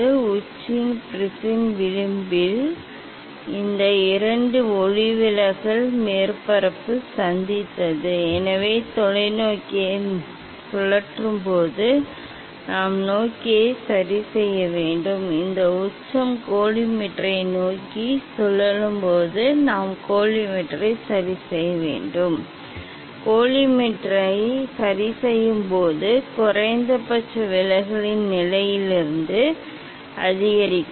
இந்த உச்சியில் ப்ரிஸின் விளிம்பில் இந்த இரண்டு ஒளிவிலகல் மேற்பரப்பு சந்தித்தது எனவே இது தொலைநோக்கியை நோக்கி சுழலும் போது நாம் தொலைநோக்கியை சரிசெய்ய வேண்டும் இந்த உச்சம் கோலிமேட்டரை நோக்கி சுழலும் போது நாம் கோலிமேட்டரை சரிசெய்ய வேண்டும் இது குறைந்தபட்ச விலகலின் நிலையிலிருந்து நாம் செய்ய வேண்டும்